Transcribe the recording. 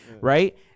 Right